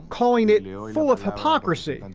calling it full of hypocrisy. and